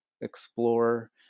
explore